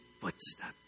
footsteps